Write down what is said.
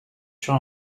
sur